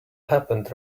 happened